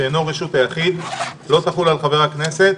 שאינו רשות היחיד, לא תחול על חבר הכנסת,